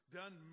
done